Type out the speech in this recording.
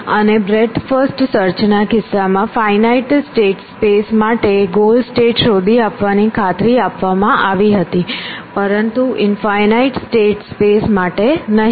અને breadth first search ના કિસ્સામાં ફાઇનાઇટ સ્ટેટ સ્પેસ માટે ગોલ સ્ટેટ શોધી આપવાની ખાતરી આપવામાં આવી હતી પરંતુ ઇન્ફાઇનાઇટ સ્ટેટ સ્પેસ માટે નહીં